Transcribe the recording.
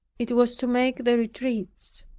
it was to make the retreats.